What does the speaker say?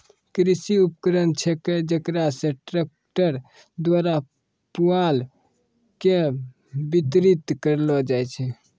कृषि उपकरण छेकै जेकरा से ट्रक्टर द्वारा पुआल के बितरित करलो जाय छै